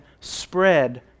spread